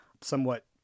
somewhat